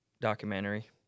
Documentary